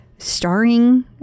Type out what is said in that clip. starring